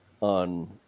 on